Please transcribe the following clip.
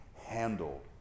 handle